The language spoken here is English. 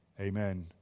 Amen